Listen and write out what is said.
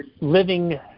living